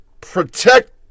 protect